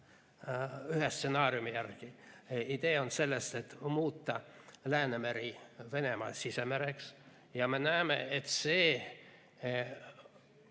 ühe stsenaariumi järgi idee selles, et muuta Läänemeri Venemaa sisemereks. Me näeme, et